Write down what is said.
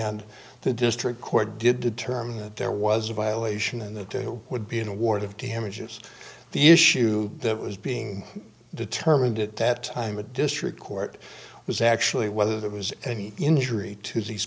and the district court did determine that there was a violation and the would be an award of to him which is the issue that was being determined at that time a district court was actually whether there was any injury to these